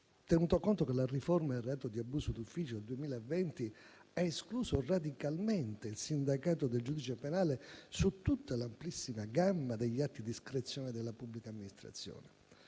tenuto conto che la riforma del reato di abuso d'ufficio del 2020 ha escluso radicalmente il sindacato del giudice penale su tutta l'amplissima gamma degli atti discrezionali della pubblica amministrazione.